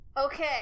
Okay